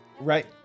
right